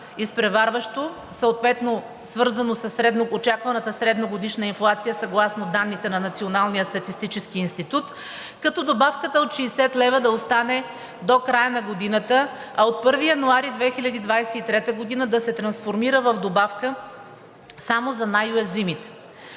изпреварващо, съответно свързано с очакваната средногодишна инфлация съгласно данните на Националния статистически институт, като добавката от 60 лв. да остане до края на годината, а от 1 януари 2023 г. да се трансформира в добавка само за най уязвимите.